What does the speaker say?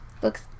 Books